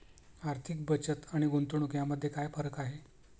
आर्थिक बचत आणि गुंतवणूक यामध्ये काय फरक आहे?